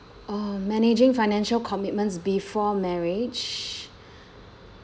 oh managing financial commitments before marriage